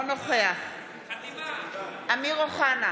נוכח אמיר אוחנה,